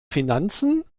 finanzen